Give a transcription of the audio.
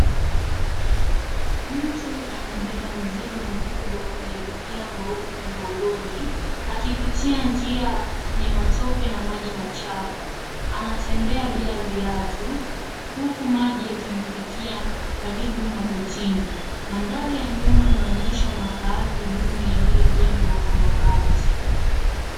Mtu anabeba mzigo mkubwa kwenye gunia mweupe mgongoni, akipitia njia yenye matope na maji machafu. Anatembea bila viatu , huku maji yakimfikia karibu magotini. Mandhari ya nyuma inaonyesha makazi duni yaliyojengwa kwa mabati.